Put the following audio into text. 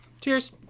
Cheers